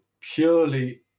purely